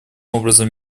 образом